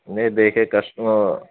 نہیں دیکھیے کسٹمر